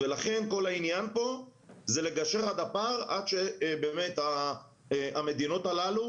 כל העניין פה זה לגשר עד שבאמת המדינות הללו,